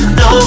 no